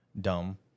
Dumb